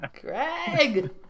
Greg